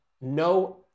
no